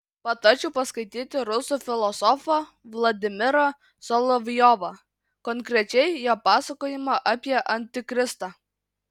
patarčiau paskaityti rusų filosofą vladimirą solovjovą konkrečiai jo pasakojimą apie antikristą